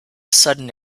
sudden